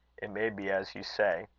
it may be as you say.